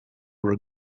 were